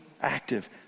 active